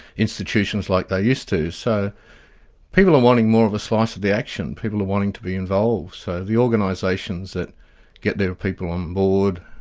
institutions, like they used to. so people are wanting more of a slice of the action, people are wanting to be involved, so the organisations that get their people on board,